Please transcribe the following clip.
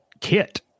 kit